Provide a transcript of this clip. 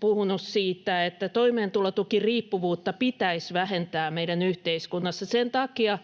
puhuneet siitä, että toimeentulotukiriippuvuutta pitäisi vähentää meidän yhteiskunnassamme sen takia,